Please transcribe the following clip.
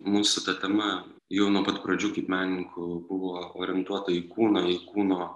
mūsų ta tema jau nuo pat pradžių kaip menininkų buvo orientuota į kūną į kūno